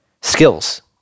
skills